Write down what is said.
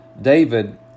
David